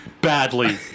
badly